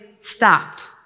stopped